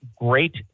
great